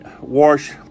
wash